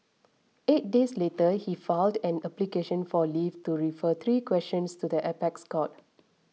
eight days later he filed an application for leave to refer three questions to the apex court